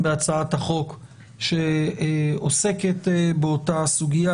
בהצעת החוק שעוסקת באותה סוגיה.